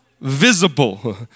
visible